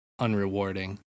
unrewarding